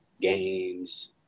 games